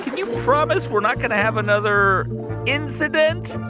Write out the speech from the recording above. you promise we're not going to have another incident?